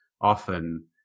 often